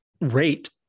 rate